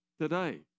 today